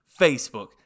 Facebook